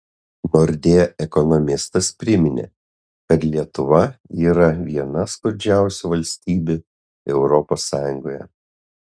nordea ekonomistas priminė kad lietuva yra viena skurdžiausių valstybių europos sąjungoje